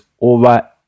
over